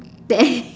there